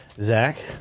Zach